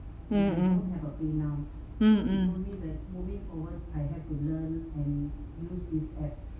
mm mm mm mm